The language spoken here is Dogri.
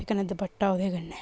ते कन्नै दपट्टा ओह्दे कन्नै